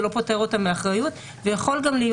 זה לא פוטר אותם מאחריות ויכול גם להיות